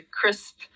crisp